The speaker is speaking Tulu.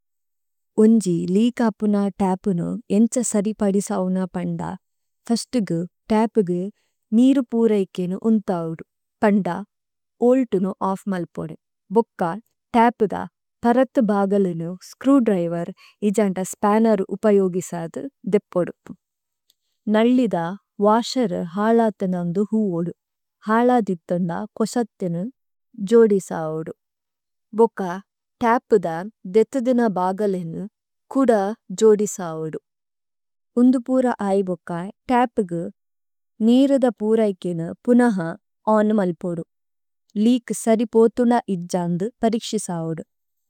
ഉഞഝി ലികാപന ടാപനു എംചസരിപാഡിസാവുന പണ്ഡാ। ഫര്ഷടഗു ടാപഗു നിരു പൂരെയകെനു ഉന്താഓഡു। പണ്ഡാ, ഓല്ടുനു ആഫ്മല്പഡു। ബകാ ടാപദാ പരരതദ ഭാഗലനി സകരുഡരഇവരരിജാണടാ സപാനാരി ഉപയഓഗിസാദി ദിപപദഁ। നലിദാ വാശരി ഹാളാതനാംദ ഹൂഓഡം। ഹാളാതിദദനാ കഊസതനി ജഓഡിസാഓഡം। ഉകാ ടാപദാ ദിതദനാ ബാഗലനം കംഡാ ജഓഡിസാഓഡം। ഉംദംപഊരാ ആയി ഉകാ ടാപഗു നിരദപഊരായകിനം ഈനഹാ � ലികി സരി പഓതനാ ഇജാംതി പരികിഷിസാഓഡം।